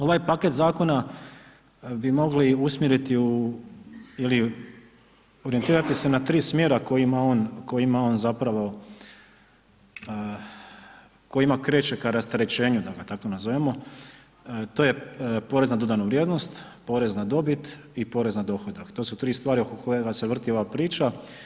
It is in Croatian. Ovaj paket zakona bi mogli usmjeriti u, ili orijentirati se na 3 smjera kojima on, kojima on zapravo, kojima kreće ka rasterećenju da ga tako nazovemo, to je porez na dodanu vrijednost, porez na dobit i porez na dohodak, to su tri stvari oko kojega se vrti ova priča.